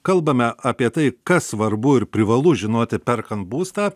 kalbame apie tai kas svarbu ir privalu žinoti perkant būstą